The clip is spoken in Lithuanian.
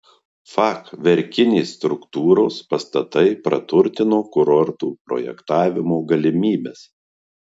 fachverkinės struktūros pastatai praturtino kurortų projektavimo galimybes